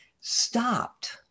stopped